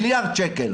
מיליארד שקל,